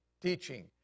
teaching